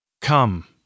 Come